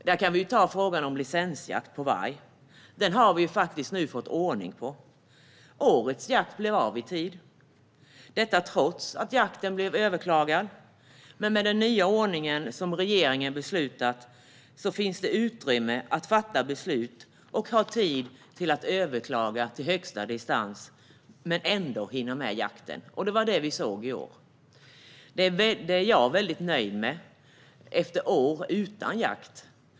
Som exempel kan vi ta licensjakt på varg. Den har vi fått ordning på. Årets jakt blev av i tid, trots att den blev överklagad. Med den nya ordning som regeringen har beslutat om finns det utrymme och tid att fatta beslut och överklaga till högsta instans och ändå hinna med jakten. Detta såg vi i år. Jag är väldigt nöjd med det här efter år utan jakt.